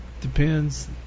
Depends